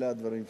אלה הדברים שלי.